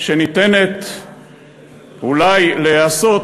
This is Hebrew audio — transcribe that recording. שניתנת אולי להיעשות,